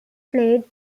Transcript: played